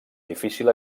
difícil